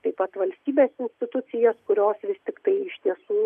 taip pat valstybės institucijas kurios vis tiktai iš tiesų